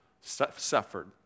suffered